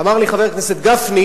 אמר לי חבר הכנסת גפני: